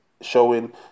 showing